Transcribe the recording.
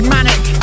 Manic